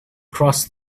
crossed